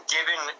Given